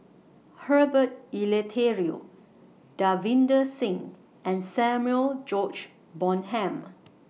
Herbert Eleuterio Davinder Singh and Samuel George Bonham